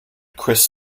chris